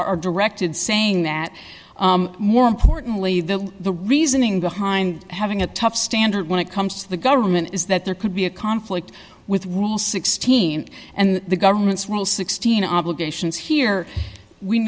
are directed saying that more importantly the the reasoning behind having a tough standard when it comes to the government is that there could be a conflict with rule sixteen and the government's rule sixteen obligations here we